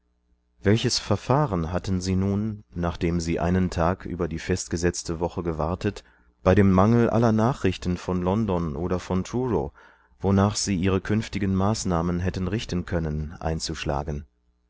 welches verfahren hatten sie nun nachdem sie einen tag über die festgesetzte woche gewartet bei dem mangel aller nachrichten von london oder von truro wonachsieihrekünftigenmaßnahmenhättenrichtenkönnen einzuschlagen